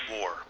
War